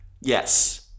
Yes